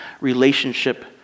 relationship